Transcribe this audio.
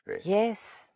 Yes